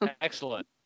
Excellent